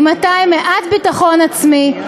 אם אתה עם מעט ביטחון עצמי,